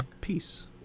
peace